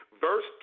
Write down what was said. verse